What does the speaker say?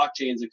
blockchains